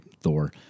Thor